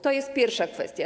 To jest pierwsza kwestia.